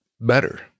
better